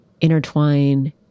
intertwine